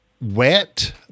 wet